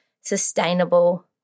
sustainable